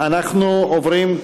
אנחנו עוברים,